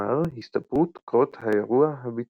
כלומר הסתברות קרות האירוע הביטוחי.